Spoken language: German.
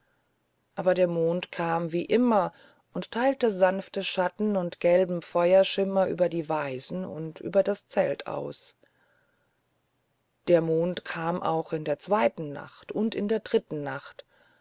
aber der mond kam wie immer und teilte sanfte schatten und gelben feuerschimmer über die weisen und über das zelt aus der mond kam auch in der zweiten nacht und in der dritten nacht